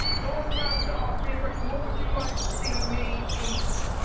your turn to ask me a question. what would you like to see me eat,